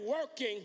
working